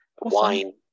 wine